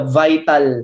vital